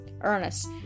Ernest